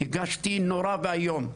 הרגשתי נורא ואיום,